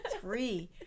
Three